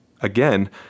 again